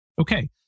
Okay